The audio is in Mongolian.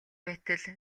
байтал